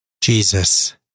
Jesus